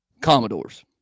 Commodores